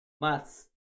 maths